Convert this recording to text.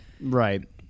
Right